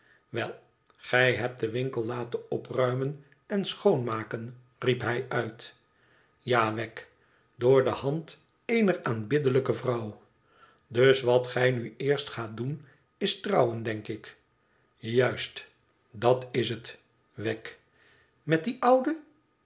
wel gij hebt den winkel laten opruimen en schoonmaken riep hij uit tja wegg door de hand eener aanbiddelijke vrouw tdus wat gij nu eerst gaat doen is trouwen denk ik t juist dat is het wegg t met die oude